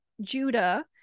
Judah